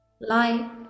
light